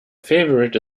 favourite